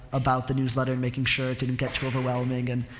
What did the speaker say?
about the newsletter and making sure it didn't get too overwhelming and,